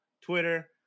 Twitter